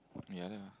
yeah lah